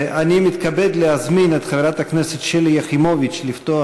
אני מתכבד להזמין את חברת הכנסת שלי יחימוביץ לפתוח,